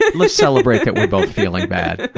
let's celebrate that we're both feeling bad,